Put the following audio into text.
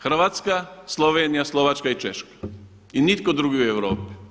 Hrvatska, Slovenije, Slovačka i Češka i nitko drugi u Europi.